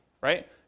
right